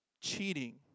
cheating